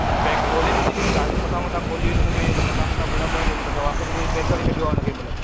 pack खोले ॾिठीसीं न दालियूं मथां मथां खोलियूं इन हुन में मथां मथां घुणा पयलु आहिनि त असां मथां मथां पैक करे छॾियो आहे हुन खे हिनमहिल